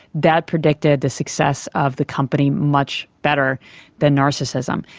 that predicted the success of the company much better than narcissism,